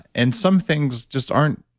and some things just aren't.